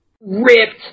ripped